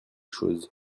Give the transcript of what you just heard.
chose